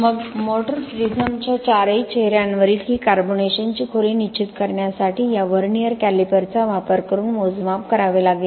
मग मोटर प्रिझमच्या चारही चेहऱ्यांवरील ही कार्बनेशनची खोली निश्चित करण्यासाठी या व्हर्नियर कॅलिपरचा वापर करून मोजमाप करावे लागेल